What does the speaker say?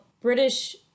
British